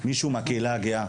או מישהו מהקהילה הגאה.